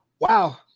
Wow